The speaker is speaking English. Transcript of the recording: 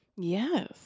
Yes